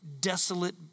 desolate